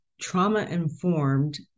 trauma-informed